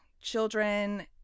children